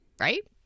right